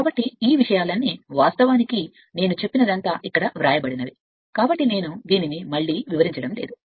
కాబట్టి ఈ విషయాలన్నీ వాస్తవానికి నేను చెప్పినదంతా ఇక్కడ వ్రాయబడినవి కాబట్టి నేను దీనిని వివరిస్తున్నాను